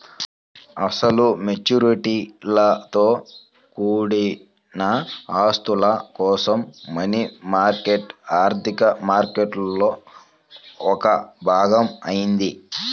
అసలు మెచ్యూరిటీలతో కూడిన ఆస్తుల కోసం మనీ మార్కెట్ ఆర్థిక మార్కెట్లో ఒక భాగం అయింది